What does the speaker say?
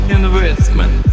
investment